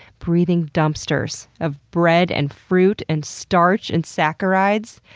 breathing, dumpsters of bread, and fruit, and starch, and saccharides.